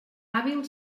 hàbil